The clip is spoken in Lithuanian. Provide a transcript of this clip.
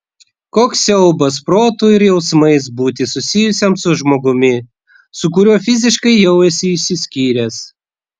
koks siaubas protu ir jausmais būti susijusiam su žmogumi su kuriuo fiziškai jau esi išsiskyręs